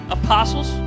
apostles